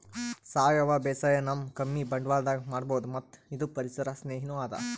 ಸಾವಯವ ಬೇಸಾಯ್ ನಾವ್ ಕಮ್ಮಿ ಬಂಡ್ವಾಳದಾಗ್ ಮಾಡಬಹುದ್ ಮತ್ತ್ ಇದು ಪರಿಸರ್ ಸ್ನೇಹಿನೂ ಅದಾ